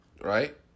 right